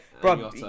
Bro